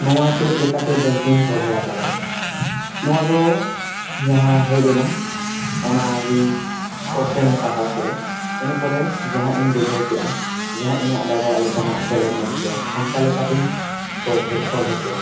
ᱱᱚᱣᱟ ᱪᱮᱫ ᱞᱮᱠᱟᱛᱮ ᱵᱮᱝᱠᱤᱝ ᱥᱚᱞᱦᱮ ᱟᱠᱟᱫᱟ ᱱᱚᱣᱟ ᱫᱚ ᱡᱟᱦᱟᱸ ᱦᱮᱡ ᱮᱱᱟ ᱚᱱᱟᱜᱮᱧ ᱠᱚᱥᱪᱟᱱᱤᱧ ᱯᱟᱲᱦᱟᱣ ᱠᱟᱜᱼᱟ ᱤᱱᱟᱹ ᱯᱚᱨᱮ ᱡᱟᱦᱟᱸ ᱤᱧ ᱵᱩᱡᱷᱟᱹᱣ ᱠᱮᱜᱼᱟ ᱡᱟᱦᱟᱸ ᱤᱧᱟᱹᱜ ᱫᱟᱲᱮᱭᱟᱜ ᱞᱮᱠᱟᱱᱟᱜ ᱛᱮᱞᱟᱧ ᱮᱢ ᱠᱮᱜᱼᱟ ᱚᱱᱠᱟ ᱞᱮᱠᱟᱛᱮᱧ ᱥᱚᱞ ᱥᱚᱞᱦᱮ ᱠᱮᱫᱼᱟ